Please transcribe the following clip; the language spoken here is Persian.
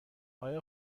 آیا